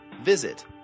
Visit